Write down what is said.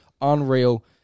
unreal